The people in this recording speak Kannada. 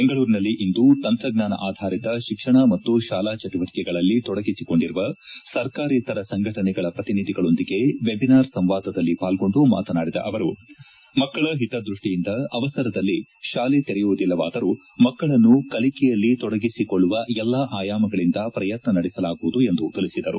ಬೆಂಗಳೂರಿನಲ್ಲಿಂದು ತಂತ್ರಜ್ಞಾನ ಅಧಾರಿತ ಶಿಕ್ಷಣ ಮತ್ತು ಶಾಲಾ ಚಟುವಟಿಕೆಗಳಲ್ಲಿ ತೊಡಗಿಸಿಕೊಂಡಿರುವ ಸರ್ಕಾರೇತರ ಸಂಘಟನೆಗಳ ಪ್ರತಿನಿಧಿಗಳೊಂದಿಗೆ ವೆಬಿನಾರ್ ಸಂವಾದದಲ್ಲಿ ಪಾಲ್ಗೊಂಡು ಮಾತನಾಡಿದ ಅವರು ಮಕ್ಕಳ ಹಿತದ್ಯಷ್ಟಿಯಿಂದ ಅವಸರದಲ್ಲಿ ಶಾಲೆ ತೆರೆಯುವುದಿಲ್ಲವಾದರೂ ಮಕ್ಕಳನ್ನು ಕಲಿಕೆಯಲ್ಲಿ ತೊಡಗಿಸಿಕೊಳ್ಳುವ ಎಲ್ಲಾ ಆಯಾಮಗಳಿಂದ ಪ್ರಯತ್ನ ನಡೆಸಲಾಗುವುದು ಎಂದು ತಿಳಿಸಿದರು